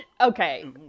Okay